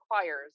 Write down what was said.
requires